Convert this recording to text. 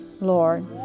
Lord